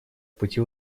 пути